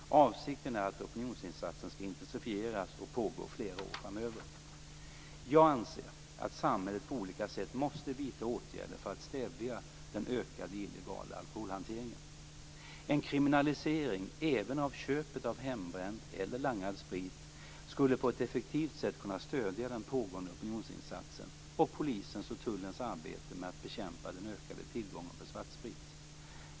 Avsikten är att opinionsinsatsen skall intensifieras och pågå flera år framöver. Jag anser att samhället på olika sätt måste vidta åtgärder för att stävja den ökade illegala alkoholhanteringen. En kriminalisering även av köpet av hembränd eller langad sprit skulle på ett effektivt sätt kunna stödja den pågående opinionsinsatsen och polisens och tullens arbete med att bekämpa den ökade tillgången på svartsprit.